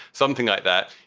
something like that.